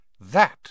That